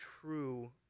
true